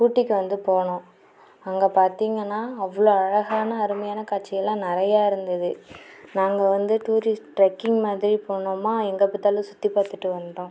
ஊட்டிக்கு வந்து போனோம் அங்கே பார்த்தீங்கன்னா அவ்வளோ அழகான அருமையான காட்சி எல்லாம் நிறையா இருந்தது நாங்கள் வந்து டூரிஸ்ட்டு ட்ரக்கிங் மாதிரி போனோமா எங்கே பார்த்தாலும் சுற்றி பார்த்துட்டு வந்துவிட்டோம்